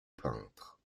peintre